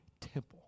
temple